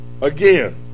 again